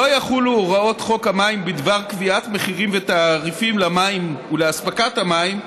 לא יחולו הוראות חוק המים בדבר קביעת מחירים ותעריפים למים ולהספקת מים,